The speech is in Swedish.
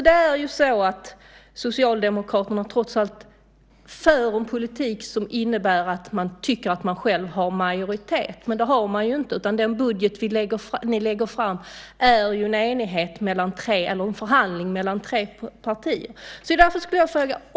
Det är ju så att Socialdemokraterna trots allt för en politik som innebär att man tycker att man själv har majoritet. Men det har man ju inte, utan den budget ni lägger fram bygger på en förhandling mellan tre partier. Därför skulle jag vilja fråga en sak.